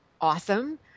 awesome